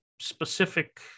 specific